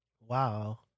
wow